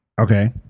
Okay